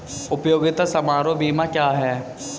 उपयोगिता समारोह बीमा क्या है?